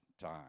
time